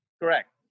Correct